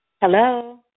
Hello